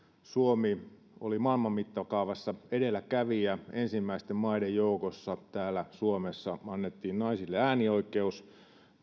suomi oli maailman mittakaavassa edelläkävijä ensimmäisten maiden joukossa täällä suomessa annettiin naisille äänioikeus